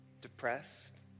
Depressed